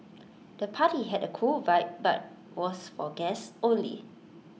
the party had A cool vibe but was for guests only